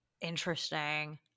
interesting